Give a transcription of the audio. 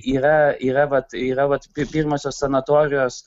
yra yra vat yra vat pirmosios sanatorijos